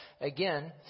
again